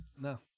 no